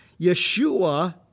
Yeshua